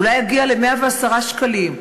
אולי יגיע ל-110 שקלים.